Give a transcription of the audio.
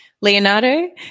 Leonardo